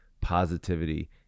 positivity